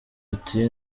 ati